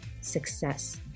success